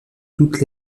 toutes